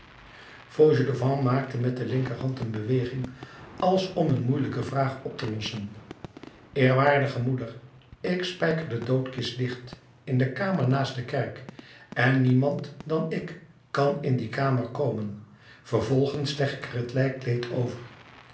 fauchelevent maakte met de linkerhand een beweging als om een moeielijke vraag op te lossen eerwaardige moeder ik spijker de doodkist dicht in de kamer naast de kerk en niemand dan ik kan in die kamer komen vervolgens leg ik er het lijkkleed over